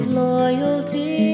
loyalty